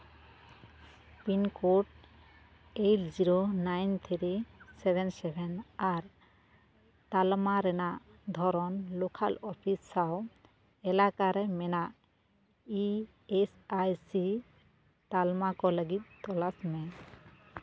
pin code eight zero nine three seven seven ᱟᱨ ᱛᱟᱞᱢᱟ ᱨᱮᱱᱟᱜ ᱫᱷᱚᱨᱚᱱ ᱞᱳᱠᱟᱞ ᱚᱯᱷᱤᱥ ᱥᱟᱶ ᱮᱞᱟᱠᱟᱨᱮ ᱢᱮᱱᱟᱜ ᱤ ᱮᱥ ᱟᱭ ᱥᱤ ᱛᱟᱞᱢᱟ ᱠᱚ ᱞᱟᱹᱜᱤᱫ ᱛᱚᱞᱟᱥ ᱢᱮ